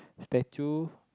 statue